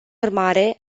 urmare